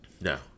No